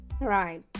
Right